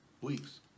weeks